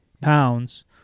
pounds